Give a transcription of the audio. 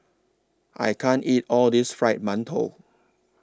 I can't eat All of This Fried mantou